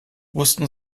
wussten